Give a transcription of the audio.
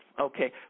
okay